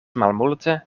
malmulte